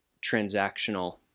transactional